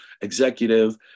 executive